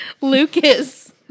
Lucas